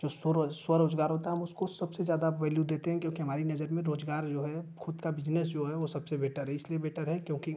जो सोरोज स्वरोज़गार होता है हम उसको सबसे ज़्यादा वैल्यू देते हैं क्योंकि हमारी नज़र में रोज़गार जो है ख़ुद का बिजनेस जो है वो सबसे बेटर है इसलिए बेटर है क्योंकि